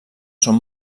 són